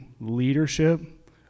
leadership